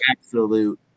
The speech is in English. absolute